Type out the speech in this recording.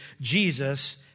Jesus